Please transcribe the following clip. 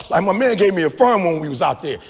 um ah minute gave me a firm when we was out there.